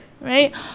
right